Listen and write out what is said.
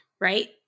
right